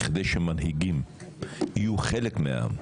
כדי שמנהיגים יהיו חלק מהעם,